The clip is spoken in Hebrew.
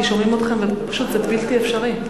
כי שומעים אתכם ופשוט זה בלתי אפשרי.